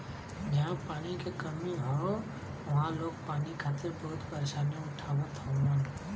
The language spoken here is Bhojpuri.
जहां पानी क कमी हौ वहां लोग पानी खातिर बहुते परेशानी उठावत हउवन